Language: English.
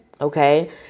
Okay